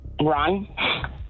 Run